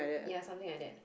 ya something like that